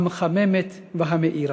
המחממת והמאירה,